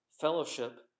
fellowship